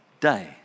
day